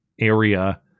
area